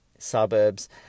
suburbs